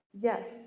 Yes